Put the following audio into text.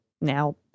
now